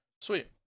Sweet